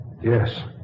Yes